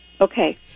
Okay